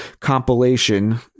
compilation